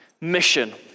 mission